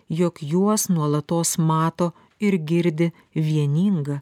jog juos nuolatos mato ir girdi vieninga